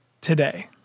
today